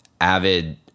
Avid